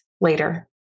later